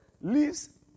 leaves